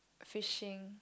fishing